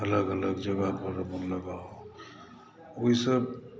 अलग अलग जगह पर अपन लगाउ ओहिसॅं